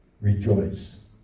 Rejoice